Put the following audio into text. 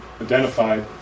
identified